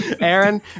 Aaron